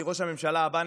כי ראש הממשלה הבא,